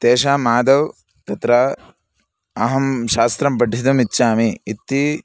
तेषामादौ तत्र अहं शास्त्रं पठितुम् इच्छामि इति